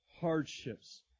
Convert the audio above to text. hardships